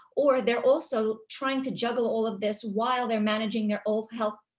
or they're also trying to juggle all of this while they're managing their own health,